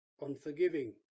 unforgiving